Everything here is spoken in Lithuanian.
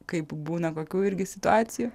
kaip būna kokių irgi situacijų